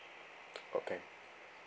okay